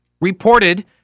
reported